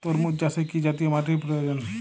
তরমুজ চাষে কি জাতীয় মাটির প্রয়োজন?